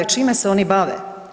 Čime se oni bave?